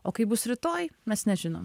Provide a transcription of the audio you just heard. o kaip bus rytoj mes nežinom